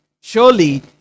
Surely